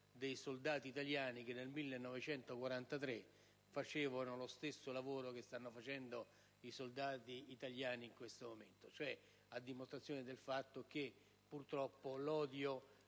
dei soldati italiani che nel 1943 facevano lo stesso lavoro che stanno facendo i soldati italiani in questo momento, a dimostrazione del fatto che, purtroppo, l'odio